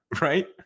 right